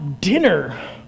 dinner